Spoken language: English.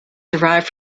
derived